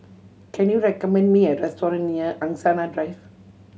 can you recommend me a restaurant near Angsana Drive